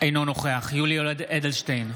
אינו נוכח יולי יואל אדלשטיין,